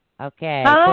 Okay